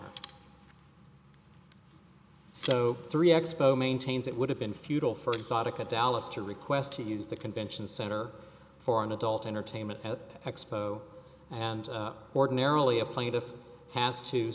roger so three expo maintains it would have been futile for exotica dallas to request to use the convention center for an adult entertainment expo and ordinarily a plaintiff has to